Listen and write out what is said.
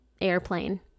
airplane